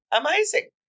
Amazing